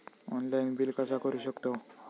Online bill कसा करु शकतव?